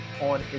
on